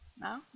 Now